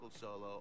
solo